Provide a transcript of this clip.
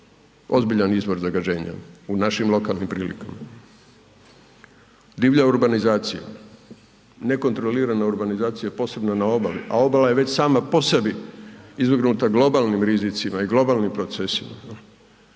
ozbiljan izvor zagađenja u našim lokalnim prilikama. Divlja urbanizacija, nekontrolirana urbanizacija, posebno na obali, a obala je već sama po sebi izvrgnuta globalnim rizicima i globalnim procesima.